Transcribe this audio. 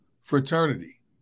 fraternity